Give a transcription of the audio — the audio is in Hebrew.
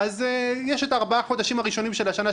יש את ארבעת החודשים הראשונים של השנה,